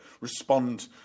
respond